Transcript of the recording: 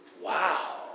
Wow